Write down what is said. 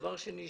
דבר שני,